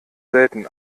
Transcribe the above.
selten